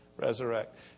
Resurrect